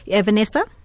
Vanessa